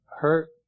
hurt